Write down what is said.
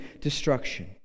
destruction